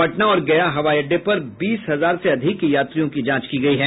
पटना और गया हवाई अड्डे पर बीस हजार से अधिक यात्रियों की जांच की गयी है